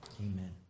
Amen